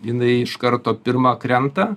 jinai iš karto pirma krenta